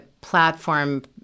platform